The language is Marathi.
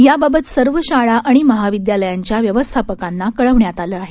याबाबत सर्व शाळा आणि महाविदयालयांच्या व्यवस्थापकांना याबाबत कळवण्यात आलं आहे